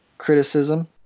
Criticism